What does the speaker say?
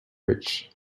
rich